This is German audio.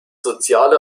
soziale